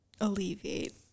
alleviate